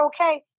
okay